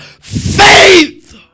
Faith